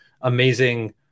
amazing